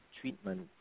treatment